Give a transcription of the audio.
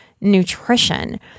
nutrition